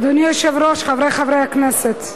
אדוני היושב-ראש, חברי חברי הכנסת,